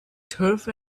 turf